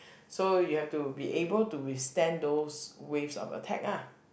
so you will have to able to withstand those waves of attack ah